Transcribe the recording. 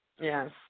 Yes